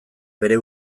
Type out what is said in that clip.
bere